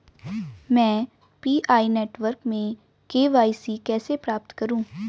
मैं PI network में KYC कैसे प्राप्त करूँ?